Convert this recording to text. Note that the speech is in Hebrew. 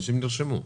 אנשים נרשמו.